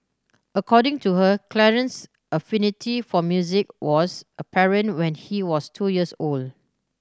according to her Clarence affinity for music was apparent when he was two years old